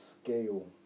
scale